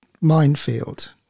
minefield